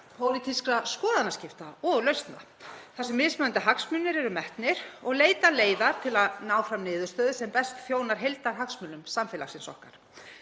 pólitískra skoðanaskipta og lausna þar sem mismunandi hagsmunir eru metnir og leitað leiða til að ná fram niðurstöðu sem best þjónar heildarhagsmunum samfélags okkar.